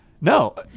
No